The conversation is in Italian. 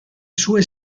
sue